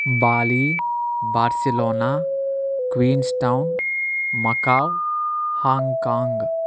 Bali Barcelona Queenstown Macau Hong Kong